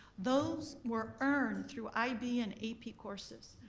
those were earned through ib and ap courses.